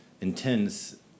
intense